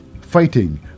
fighting